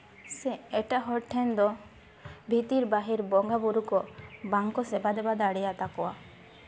ᱥᱮ ᱮᱴᱟᱜ ᱦᱚᱲ ᱴᱷᱮᱱ ᱫᱚ ᱵᱷᱤᱛᱤᱨ ᱵᱟᱦᱮᱨ ᱵᱚᱸᱜᱟᱼᱵᱩᱨᱩ ᱠᱚ ᱵᱟᱝᱠᱚ ᱥᱮᱵᱟ ᱫᱮᱵᱟ ᱫᱟᱲᱮᱭᱟᱜ ᱛᱟᱠᱚᱣᱟ